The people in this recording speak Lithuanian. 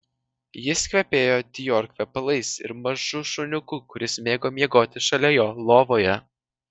jis kvepėjo dior kvepalais ir mažu šuniuku kuris mėgo miegoti šalia jo lovoje